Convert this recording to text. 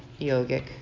yogic